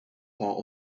part